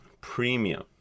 Premium